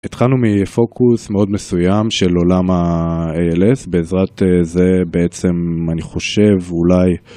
התחלנו מפוקוס מאוד מסוים של עולם ה-ALS בעזרת זה בעצם אני חושב אולי...